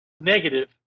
negative